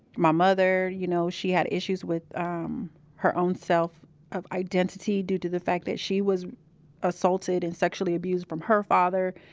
my mother, you know, she had issues with um her own self of identity due to the fact that she was assaulted and sexually abused from her father.